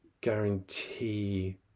guarantee